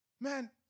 Man